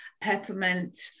peppermint